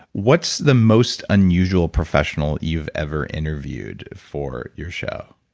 what's the most unusual professional you've ever interviewed for your show?